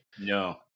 no